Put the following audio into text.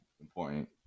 important